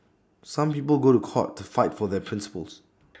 some people go to court to fight for their principles